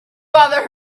bother